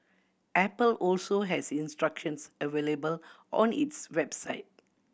apple also has instructions available on its website